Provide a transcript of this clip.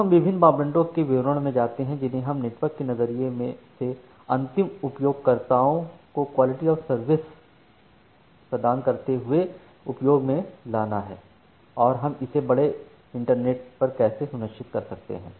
अब हम विभिन्न मापदंडों के विवरणों में जाते हैं जिन्हें हमें नेटवर्क के नज़रिए से अंतिम उपयोगकर्ताओं को क्वालिटी ऑफ़ सर्विस प्रदान करते हुए उपयोग में लाना है और हम इसे बड़े इंटरनेट पर कैसे सुनिश्चित कर सकते हैं